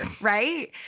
right